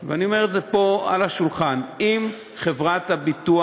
אני אומר את זה פה על השולחן, אם חברת הביטוח